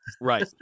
Right